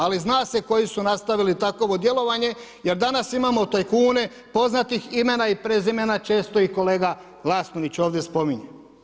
Ali zna se koji su nastavili takovo djelovanje jer danas imamo tajkune poznatih imena i prezimena, često ih kolega Glasnović ovdje spominje.